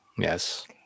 Yes